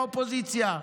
באופוזיציה.